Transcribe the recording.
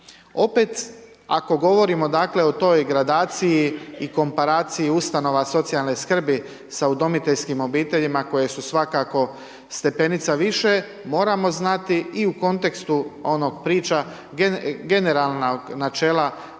Opet, ako govorimo, dakle, o toj gradaciji i komparaciji ustanova socijalne skrbi sa udomiteljskim obiteljima koje su svakako stepenica više, moramo znati i u kontekstu onog priča, generalna načela,